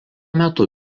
metu